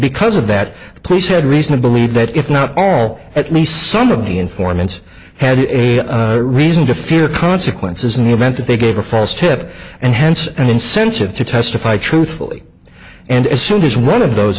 because of that the police had reason to believe that if not all at least some of the informants had a reason to fear consequences in the event that they gave a false tip and hence an incentive to testify truthfully and as soon as one of those